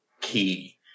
key